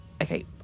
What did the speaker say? okay